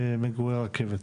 במגורי רכבת.